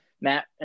Matt